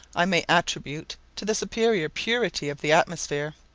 i may attribute to the superior purity of the atmosphere.